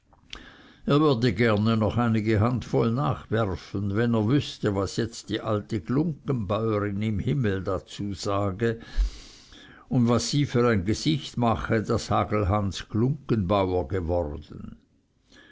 er würde gerne noch einige handvoll nachwerfen wenn er wüßte was jetzt die alte glunggenbäuerin im himmel dazu sage und was sie für ein gesicht mache daß hagelhans glunggenbauer geworden